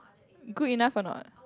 good enough or not